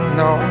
no